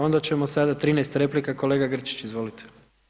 Onda ćemo sada 13 replika, kolega Grčić, izvolite.